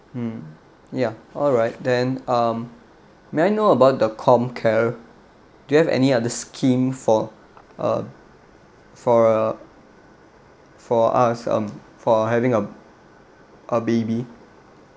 mm ya alright then um may I know about the comcare do you have any other scheme for uh for uh for us um for having a a baby